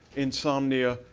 insomnia,